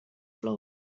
floor